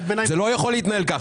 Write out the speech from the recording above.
זה לא יכול להתנהל ככה.